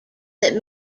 that